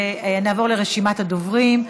נעבור לרשימת הדוברים.